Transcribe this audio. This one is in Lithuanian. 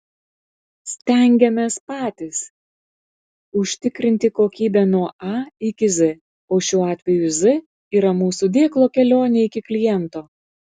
stengiamės patys užtikrinti kokybę nuo a iki z o šiuo atveju z yra mūsų dėklo kelionė iki kliento